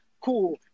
cool